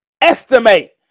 Estimate